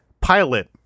pilot